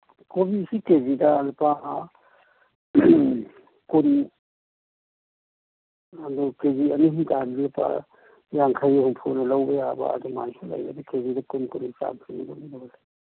ꯀꯣꯕꯤꯁꯤ ꯀꯦ ꯖꯤꯗ ꯂꯨꯄꯥ ꯀꯨꯟ ꯑꯗꯨ ꯀꯦ ꯖꯤ ꯑꯅꯤ ꯑꯍꯨꯝ ꯇꯥꯕꯗꯤ ꯂꯨꯄꯥ ꯌꯥꯡꯈꯩ ꯍꯨꯝꯐꯨꯅ ꯂꯧꯕ ꯌꯥꯕ ꯑꯗꯨꯃꯥꯏꯅꯁꯨ ꯂꯩ ꯀꯦ ꯖꯤꯗ ꯀꯨꯟ ꯀꯨꯟ